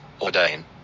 ordain